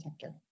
sector